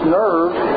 nerves